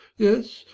yes,